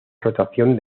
rotación